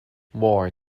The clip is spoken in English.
war